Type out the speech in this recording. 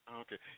Okay